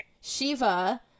Shiva